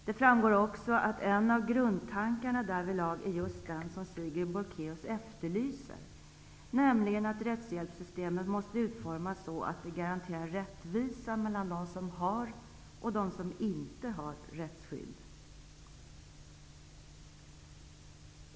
Det framgår också att en av grundtankarna därvidlag är just den som Sigrid Bolkéus efterlyser, nämligen att rättshjälpssystemet måste utformas så att det garanterar rättvisa mellan dem som har och dem som inte har rättsskydd.